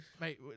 Mate